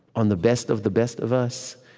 on the best of the best of us,